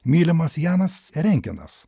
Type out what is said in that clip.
mylimas janas renkenas